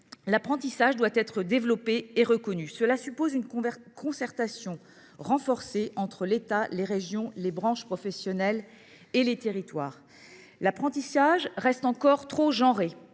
l’apprentissage doit être développé et reconnu. Cela suppose une concertation renforcée entre l’État, les régions, les branches professionnelles et les territoires. L’apprentissage demeure trop genré.